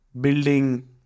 building